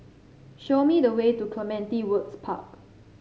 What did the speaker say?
show me the way to Clementi Woods Park